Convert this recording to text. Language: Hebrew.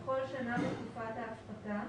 בכל שנה בתקופת ההפחתה